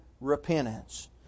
repentance